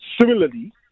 similarly